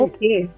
Okay